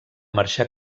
marxar